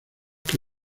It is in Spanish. que